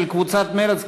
של קבוצת מרצ,